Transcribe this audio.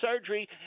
surgery